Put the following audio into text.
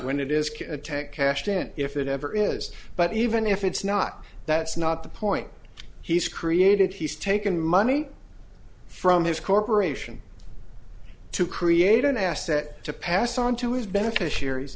when it is can take cash in if it ever is but even if it's not that's not the point he's created he's taken money from his corporation to create an asset to pass on to his beneficiaries